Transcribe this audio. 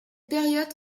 période